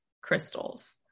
crystals